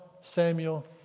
Samuel